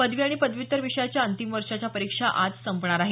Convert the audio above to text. पदवी आणि पदव्युत्तर विषयाच्या अंतिम वर्षाच्या परीक्षा आज संपणार आहेत